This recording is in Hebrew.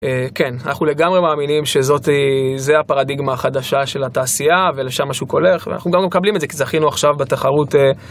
כן אנחנו לגמרי מאמינים שזאת זה הפרדיגמה החדשה של התעשייה ולשם השוק הולך אנחנו מקבלים את זה כי זכינו עכשיו בתחרות.